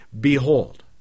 behold